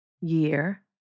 Year